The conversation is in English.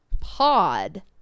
pod